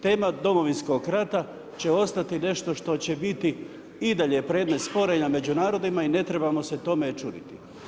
Tema Domovinskog rata, će ostati nešto što će biti i dalje predmet sporenja među narodima i ne trebamo se tome čuditi.